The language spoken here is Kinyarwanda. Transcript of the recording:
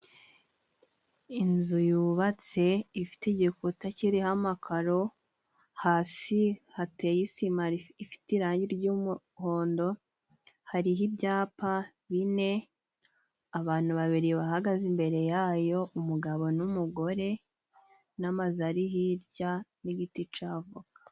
Inzu yubatse ifite igikuta kiriho amakaro, hasi hateye isima ifite irangi ry'umuhondo, hariho ibyapa bine, abantu babiri bahagaze imbere yayo: umugabo n'umugore, n'amazu ari hirya n'igiti c'avoka.